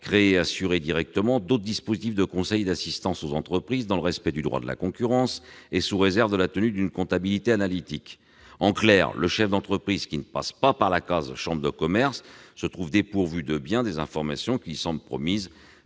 créer et assurer directement d'autres dispositifs de conseil et d'assistance aux entreprises, dans le respect du droit de la concurrence et sous réserve de la tenue d'une comptabilité analytique. » En clair, le chef d'entreprise qui ne passe pas par la case « chambre de commerce » se trouve dépourvu de bien des informations promises